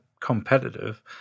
competitive